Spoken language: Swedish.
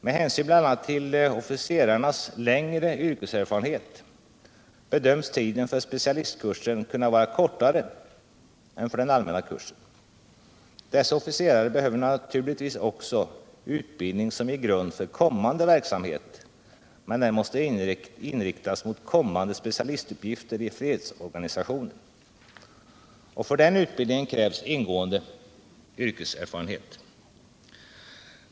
Men hänsyn till bl.a. officerarnas längre yrkeserfarenhet bedöms tiden för specialistkursen kunna vara kortare än för den allmänna kursen. Dessa officerare behöver naturligtvis också utbildning som grund för kommande verksamhet, men den måste inriktas mot kommande specialistuppgifter i fredsorganisationen. Också för den utbildningen krävs ingående yrkeserfarenhet.